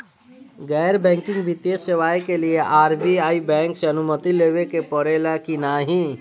गैर बैंकिंग वित्तीय सेवाएं के लिए आर.बी.आई बैंक से अनुमती लेवे के पड़े ला की नाहीं?